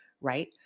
right